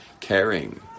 caring